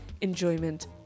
enjoyment